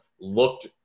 looked